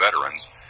veterans